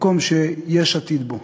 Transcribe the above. מקום שיש עתיד בו.